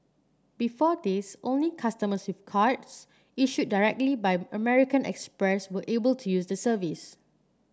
before this only customers with cards issued directly by American Express were able to use the service